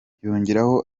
yongeraho